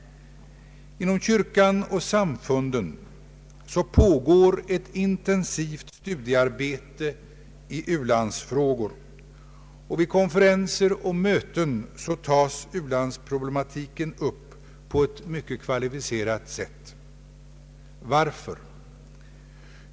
Inom kyrkan och samfunden pågår ett intensivt studiearbete i u-landsfrågor. Vid konferenser och möten tas u-landsproblematiken upp på ett mycket kvalificerat sätt. Varför?